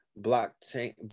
Blockchain